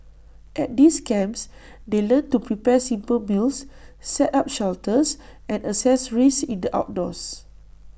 at these camps they learn to prepare simple meals set up shelters and assess risks in the outdoors